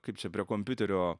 kaip čia prie kompiuterio